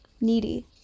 needy